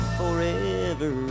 forever